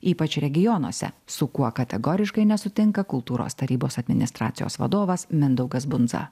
ypač regionuose su kuo kategoriškai nesutinka kultūros tarybos administracijos vadovas mindaugas bundza